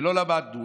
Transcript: ולא למדנו.